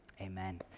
Amen